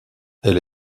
elle